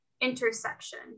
intersection